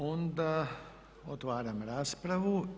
Onda otvaram raspravu.